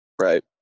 Right